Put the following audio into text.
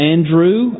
Andrew